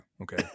okay